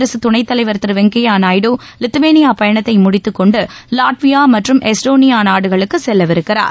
குடியரசுத் துணைத்தலைவர் திரு வெங்கைப்யா நாயுடு லித்துவேனியா பயணத்தை முடித்துக்கொண்டு லாட்வியா மற்றும் எஸ்டோனியோ நாடுகளுக்கு செல்லவிருக்கிறார்